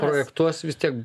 projektuos vis tiek